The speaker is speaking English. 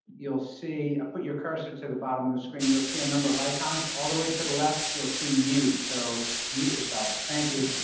you'll see put your cursor to the bottom of the screen, you'll see a number of icons, all the way to the left, you'll see mute, so mute yourselves. thank you.